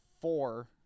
four